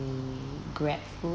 mm GrabFood